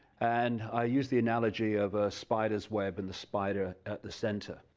and i used the analogy of a spider's web and the spider at the center.